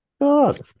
God